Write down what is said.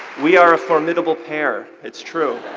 we are a formidable pair. it's true.